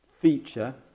feature